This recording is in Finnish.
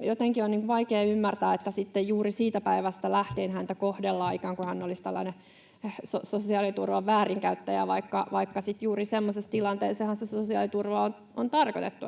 Jotenkin on niin vaikea ymmärtää, että sitten juuri siitä päivästä lähtien häntä kohdellaan ikään kuin hän olisi tällainen sosiaaliturvan väärinkäyttäjä, vaikka juuri semmoiseen tilanteeseenhan se sosiaaliturva on tarkoitettu,